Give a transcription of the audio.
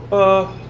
of